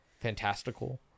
fantastical